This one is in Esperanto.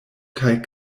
kaj